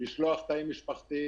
אפשר לשלוח תאים משפחתיים.